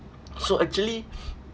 so actually